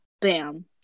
bam